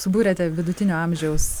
subūrėte vidutinio amžiaus